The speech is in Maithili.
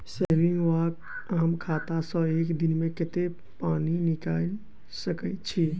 सेविंग वा आम खाता सँ एक दिनमे कतेक पानि निकाइल सकैत छी?